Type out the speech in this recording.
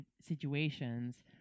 situations